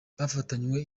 bafatanywe